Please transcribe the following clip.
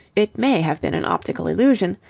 it may have been an optical illusion,